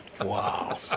Wow